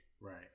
right